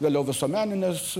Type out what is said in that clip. vėliau visuomeninės